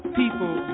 people